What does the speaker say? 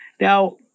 Now